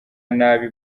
nabi